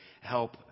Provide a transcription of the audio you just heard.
help